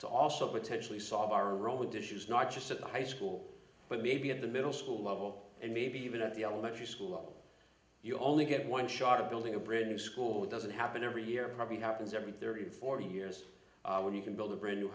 to also potentially solve our roads issues not just at the high school but maybe at the middle school level and maybe even at the elementary school level you only get one shot of building a bridge to school that doesn't happen every year probably happens every thirty or forty years when you can build a brand new